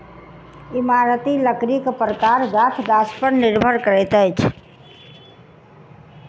इमारती लकड़ीक प्रकार गाछ गाछ पर निर्भर करैत अछि